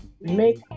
make